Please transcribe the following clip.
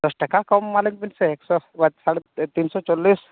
ᱫᱚᱥ ᱴᱟᱠᱟ ᱠᱚᱢ ᱮᱢᱟᱞᱤᱧᱵᱮᱱ ᱥᱮ ᱮᱠᱥᱚ ᱥᱟᱲᱮ ᱛᱤᱱᱥᱚ ᱪᱚᱞᱞᱤᱥ